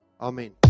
Amen